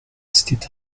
c’était